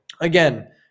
Again